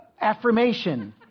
affirmation